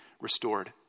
restored